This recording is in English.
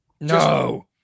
No